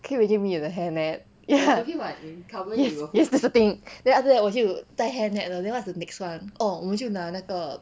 can you imagine me with the hairnet ya yes yes that's the thing then after that 我就带 hairnet 了 then what's the next one orh 我们就拿那个